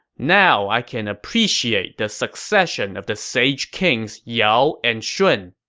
now i can appreciate the succession of the sage kings yao and shun.